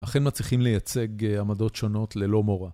אכן מצליחים לייצג עמדות שונות ללא מורא.